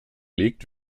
liegt